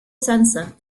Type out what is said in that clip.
sensor